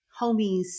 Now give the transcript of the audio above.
homies